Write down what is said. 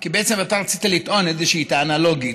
בעצם אתה רצית לטעון איזושהי טענה לוגית,